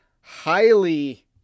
highly